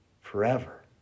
forever